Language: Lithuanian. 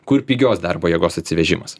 kur pigios darbo jėgos atsivežimas